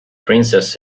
princess